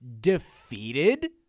defeated